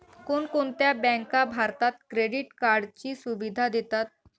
कोणकोणत्या बँका भारतात क्रेडिट कार्डची सुविधा देतात?